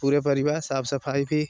पुरे परिवार साफ़ सफाई भी